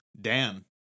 Dan